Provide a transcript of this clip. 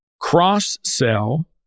cross-sell